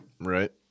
Right